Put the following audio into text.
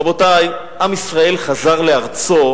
רבותי, עם ישראל חזר לארצו